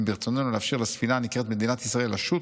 אם ברצוננו לאפשר לספינה הנקראת מדינת ישראל לשוט,